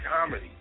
comedy